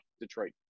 Detroit